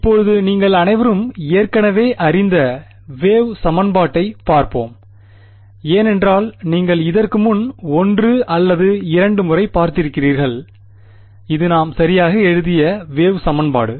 இப்போது நீங்கள் அனைவரும் ஏற்கனவே அறிந்த வேவ் சமன்பாட்டைப் பார்ப்போம் ஏனென்றால் நீங்கள் இதற்கு முன் ஒன்று அல்லது இரண்டு முறை பார்த்திருக்கிறீர்கள் இது நாம் சரியாக எழுதிய வேவ் சமன்பாடு